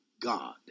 God